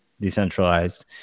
decentralized